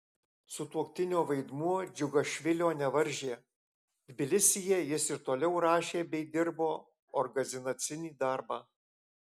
sutuoktinio vaidmuo džiugašvilio nevaržė tbilisyje jis ir toliau rašė bei dirbo organizacinį darbą